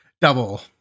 double